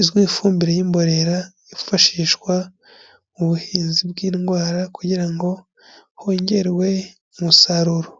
izwi nk'ifumbire y'imborera yifashishwa, mu buhinzi bw'indwara kugira ngo, hongerwe umusaruro.